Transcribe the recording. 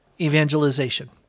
evangelization